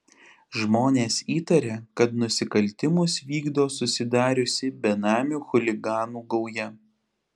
žmonės įtaria kad nusikaltimus vykdo susidariusi benamių chuliganų gauja